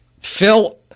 Phil